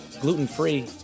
gluten-free